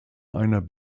einer